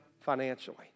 financially